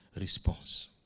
response